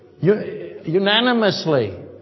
unanimously